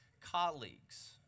colleagues